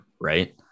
Right